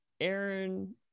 Aaron